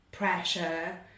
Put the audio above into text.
pressure